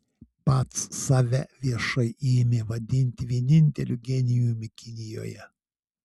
pats save viešai ėmė vadinti vieninteliu genijumi kinijoje